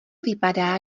vypadá